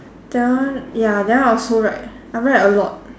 that one ya that one I also write I write a lot